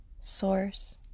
Source